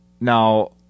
Now